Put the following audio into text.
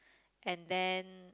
and then